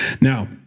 Now